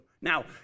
Now